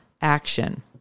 action